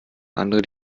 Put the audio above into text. andere